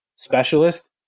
specialist